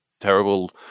terrible